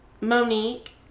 Monique